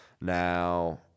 Now